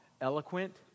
eloquent